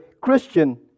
Christian